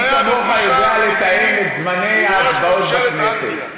מי כמוך יכול היה לתאם את זמני ההצבעות בכנסת.